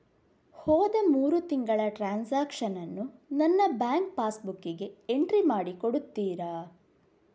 ಹೋದ ಮೂರು ತಿಂಗಳ ಟ್ರಾನ್ಸಾಕ್ಷನನ್ನು ನನ್ನ ಬ್ಯಾಂಕ್ ಪಾಸ್ ಬುಕ್ಕಿಗೆ ಎಂಟ್ರಿ ಮಾಡಿ ಕೊಡುತ್ತೀರಾ?